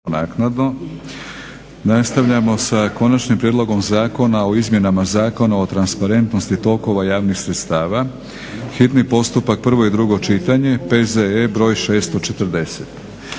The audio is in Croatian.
(HNS)** Nastavljamo sa - Konačni prijedlog zakona o izmjenama Zakona o transparentnosti tokova javnih sredstava, hitni postupak, prvo i drugo čitanje, P.Z.E. br. 640;